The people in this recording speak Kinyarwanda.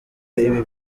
ibi